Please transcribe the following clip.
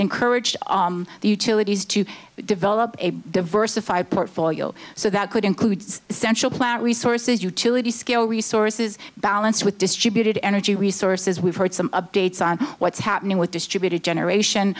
encouraged the utilities to develop a diversified portfolio so that could include essential plant resources utility scale resources balanced with distributed energy sources we've heard some updates on what's happening with distributed generation